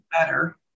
better